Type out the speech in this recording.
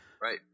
right